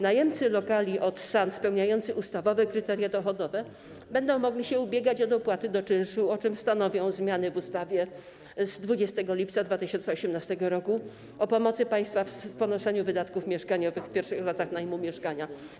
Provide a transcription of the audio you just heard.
Najemcy lokali od SAN, spełniający ustawowe kryteria dochodowe, będą mogli się ubiegać o dopłaty do czynszu, o czym stanowią zmiany w ustawie z 20 lipca 2018 r. o pomocy państwa w ponoszeniu wydatków mieszkaniowych w pierwszych latach najmu mieszkania.